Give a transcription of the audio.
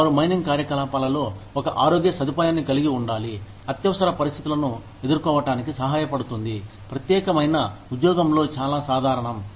వారు మైనింగ్ కార్యకలాపాలలో ఒక ఆరోగ్య సదుపాయాన్ని కలిగి ఉండాలి అత్యవసర పరిస్థితులను ఎదుర్కోవటానికి సహాయపడుతుంది ప్రత్యేకమైన ఉద్యోగంలో చాలా సాధారణం